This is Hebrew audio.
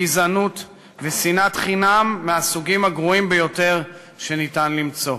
גזענות ושנאת חינם מהסוגים הגרועים ביותר שניתן למצוא.